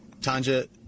Tanja